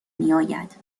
میآید